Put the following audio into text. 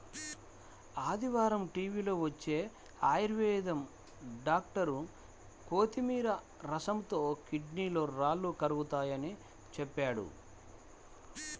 ఆదివారం టీవీలో వచ్చే ఆయుర్వేదం డాక్టర్ కొత్తిమీర రసంతో కిడ్నీలో రాళ్లు కరుగతాయని చెప్పాడు